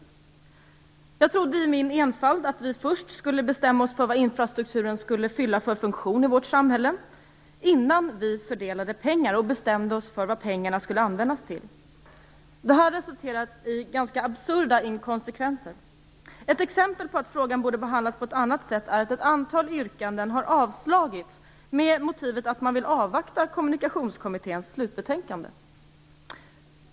Jag trodde i min enfald att vi först skulle bestämma oss för vad infrastrukturen skall fylla för funktion i vårt samhälle innan vi fördelade pengar och bestämde oss för vad pengarna skulle användas till. Detta resulterar i absurda inkonsekvenser! Ett exempel på att frågan borde behandlats på ett annat sätt är att ett antal yrkanden har avslagits med motiveringen att man vill avvakta Kommunikationskommitténs slutbetänkande.